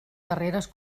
darreres